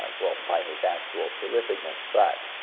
ah well, by his actual prolificness, but